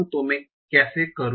तो मैं कैसे करूँ